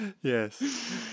Yes